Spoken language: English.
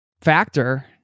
factor